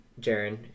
Jaren